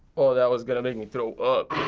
that was gonna make me throw up.